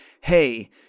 hey